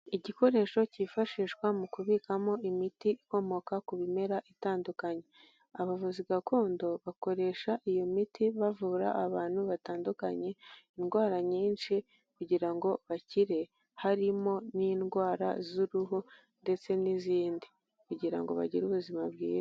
Igikoresho cyifashishwa mu kubikamo imiti ikomoka ku bimera itandukanye, abavuzi gakondo bakoresha iyo miti bavura abantu batandukanye, indwara nyinshi kugira ngo bakire harimo n'indwara z'uruhu ndetse n'izindi, kugira ngo bagire ubuzima bwiza.